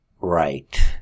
Right